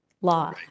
law